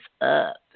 up